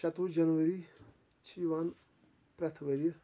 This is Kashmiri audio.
شَتوُہ جنؤری چھِ یِوان پرٛیتھ ؤریہِ